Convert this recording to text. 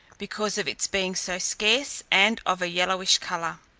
because of its being so scarce, and of a yellowish colour.